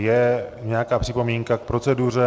Je nějaká připomínka k proceduře?